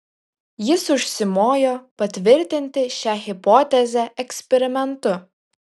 jis užsimojo patvirtinti šią hipotezę eksperimentu